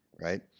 right